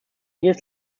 years